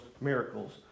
miracles